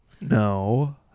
no